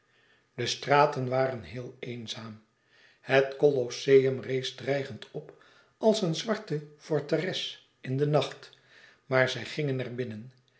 de straten waren heel eenzaam het collosseum rees dreigend op als een zwarte forteres in den nacht maar zij gingen er binnen